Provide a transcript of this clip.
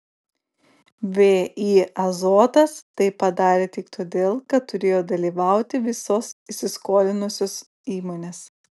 vį azotas tai padarė tik todėl kad turėjo dalyvauti visos įsiskolinusios įmonės